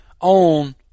on